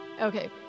Okay